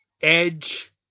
Edge